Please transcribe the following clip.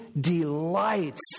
delights